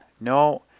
no